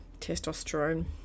testosterone